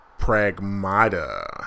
Pragmata